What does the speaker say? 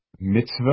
mitzvah